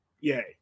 Yay